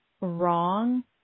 wrong